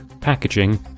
packaging